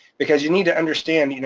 because you need to understand, you know